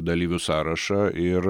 dalyvių sąrašą ir